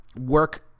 work